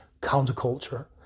counterculture